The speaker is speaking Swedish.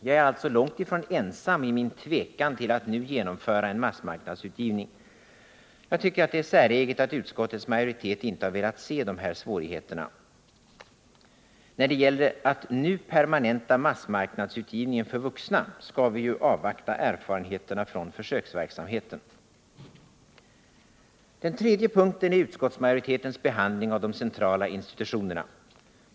Jag är alltså långt ifrån ensam i min tvekan till att nu genomföra en massmarknadsutgivning. Jag tycker att det är säreget att utskottets majoritet inte velat se de här svårigheterna. När det gäller att nu permanenta massmarknadsutgivningen för vuxna, skall vi ju avvakta erfarenheterna från försöksverksamheten. Den tredje punkten, som jag skall ta upp, gäller utskottsmajoritetens behandling av de centrala institutionerna.